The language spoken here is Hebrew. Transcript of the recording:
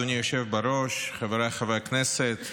אדוני היושב בראש, חבריי חברי הכנסת,